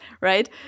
right